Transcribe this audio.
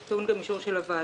שזה טעון אישור של הוועדה.